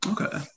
Okay